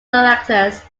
directors